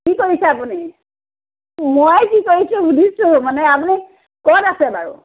কি কৰিছে আপুনি মই কি কৰিছোঁ শুধিছোঁ মানে আপুনি ক'ত আছে বাৰু